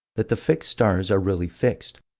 that the fixed stars are really fixed,